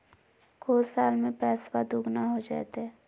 को साल में पैसबा दुगना हो जयते?